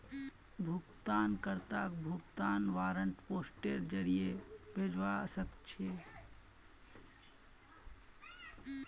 भुगतान कर्ताक भुगतान वारन्ट पोस्टेर जरीये भेजवा सके छी